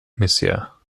monsieur